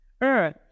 Earth